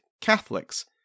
Catholics